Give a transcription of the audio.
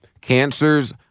Cancers